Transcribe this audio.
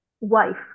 wife